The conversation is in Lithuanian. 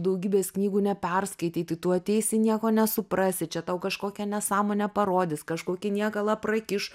daugybės knygų neperskaitei tai tu ateisi nieko nesuprasi čia tau kažkokią nesąmonę parodys kažkokį niekalą prakiš